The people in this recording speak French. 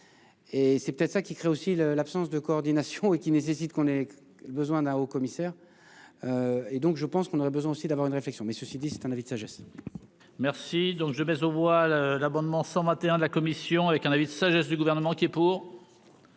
Et c'est peut-être ça qui crée aussi le l'absence de coordination et qui nécessite qu'on ait besoin d'un haut commissaire. Et donc je pense qu'on aurait besoin aussi d'avoir une réflexion mais ceci dit c'est un avis de sagesse. Merci donc je vais au voile l'abonnement, 121 de la commission avec un avis de sagesse du gouvernement qui. Pour.